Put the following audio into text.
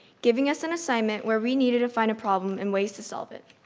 giving us an assignment where we needed to find a problem and ways to solve it.